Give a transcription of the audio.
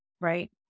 right